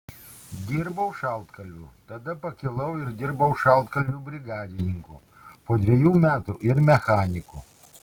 dirbau šaltkalviu tada pakilau ir dirbau šaltkalviu brigadininku po dviejų metų ir mechaniku